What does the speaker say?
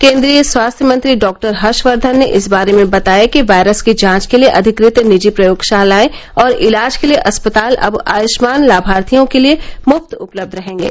केन्द्रीय स्वास्थ्य मंत्री डॉक्टर हर्षवर्धन ने इस बारे में बताया कि वायरस की जांच के लिए अधिकृत निजी प्रयोगशालाएं और इलाज के लिए अस्पताल अब आयुष्मान लाभार्थियों के लिए मुफ्त उपलब्ध रहेंगे